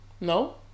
No